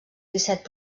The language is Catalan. disset